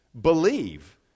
Believe